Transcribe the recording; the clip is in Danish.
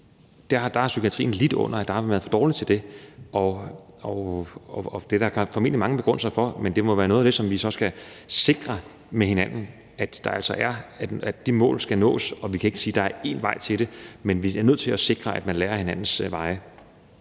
sige, at psykiatrien har lidt under, at man har været for dårlig til det, og det er der formentlig mange grunde til. Men det må være noget af det, som vi sammen skal sikre, nemlig at de mål skal nås, og vi kan ikke sige, at der kun er én vej til det. Men vi er nødt til at sikre, at man lærer af hinandens